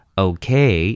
okay